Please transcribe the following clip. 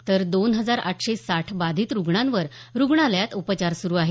तर दोन हजार आठशे साठ बाधित रुग्णांवर रुग्णालयात उपचार सुरू आहेत